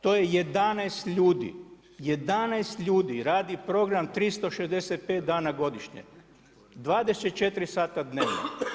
To je 11 ljudi, 11 ljudi radi program 365 dana godišnje 24 sata dnevno.